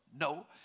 No